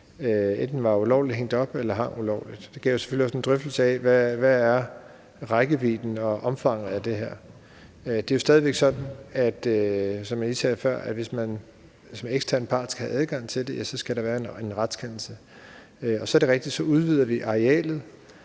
enten var ulovligt hængt op eller hang ulovligt. Det gav selvfølgelig også en drøftelse af, hvad rækkevidden og omfanget af det her er. Det er jo stadig væk sådan, som jeg lige sagde før, at hvis man som ekstern part skal have adgang til det, ja, så skal der være en retskendelse. Det er rigtigt, at vi udvider arealet,